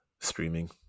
streaming